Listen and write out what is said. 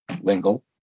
Lingle